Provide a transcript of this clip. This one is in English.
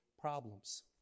problems